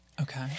Okay